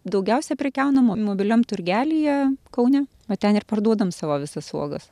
daugiausia prekiaunama mobiliam turgelyje kaune vat ten ir parduodam savo visas uogas